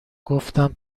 گفتم